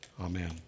Amen